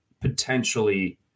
potentially